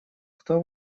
кто